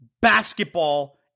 basketball